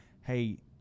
hey